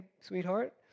sweetheart